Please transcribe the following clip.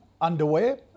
underwear